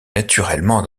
naturellement